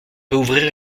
ouvrir